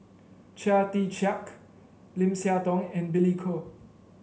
Chia Tee Chiak Lim Siah Tong and Billy Koh